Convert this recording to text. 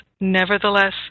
nevertheless